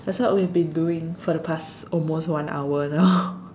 that's what we've been doing for the past almost one hour now